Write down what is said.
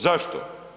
Zašto?